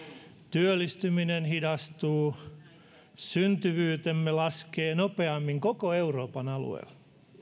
työllistyminen hidastuu syntyvyytemme laskee nopeimmin koko euroopan alueella